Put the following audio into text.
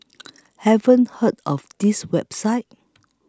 haven't heard of this website